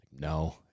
No